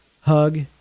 hug